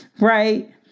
Right